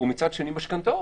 ומצד שני, משכנתאות.